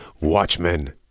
Watchmen